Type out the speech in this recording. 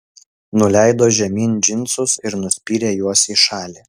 nuleido žemyn džinsus ir nuspyrė juos į šalį